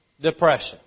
depression